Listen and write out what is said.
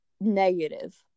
negative